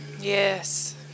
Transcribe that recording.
yes